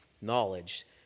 knowledge